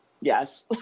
Yes